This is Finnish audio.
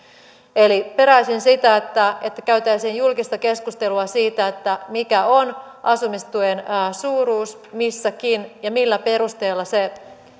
peräisin sitä että että käytäisiin julkista keskustelua siitä mikä on asumistuen suuruus missäkin ja millä perusteella se